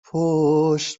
پشت